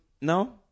no